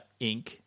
Inc